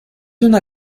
una